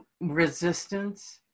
Resistance